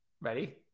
ready